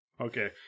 Okay